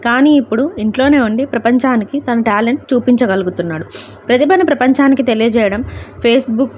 కానీ ఇప్పుడు ఇంట్లోనే ఉండి ప్రపంచానికి తన ట్యాలెంట్ చూపించగలుగుతున్నాడు ప్రతిభని ప్రపంచానికి తెలియజేయడం ఫెస్బుక్